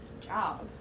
Job